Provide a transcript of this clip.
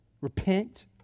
repent